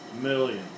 million